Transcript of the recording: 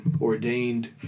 ordained